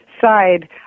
side